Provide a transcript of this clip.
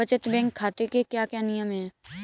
बचत बैंक खाते के क्या क्या नियम हैं?